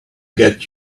get